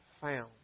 found